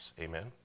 Amen